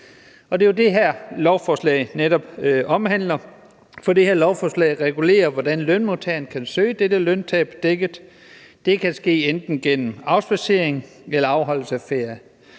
det, som det her lovforslag omhandler. For det her lovforslag regulerer, hvordan lønmodtagerne kan søge dette løntab dækket. Det kan ske enten gennem afspadsering eller afholdelse af ferie.